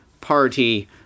party